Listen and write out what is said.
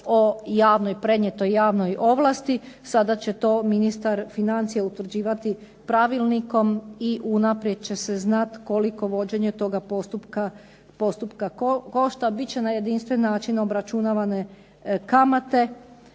o javnoj, prenijetoj javnoj ovlasti, sada će to ministar financija utvrđivati pravilnikom i unaprijed će se znat koliko vođenje toga postupka košta. Bit će na jedinstven način obračunavane kamate.